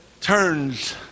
turns